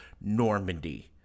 normandy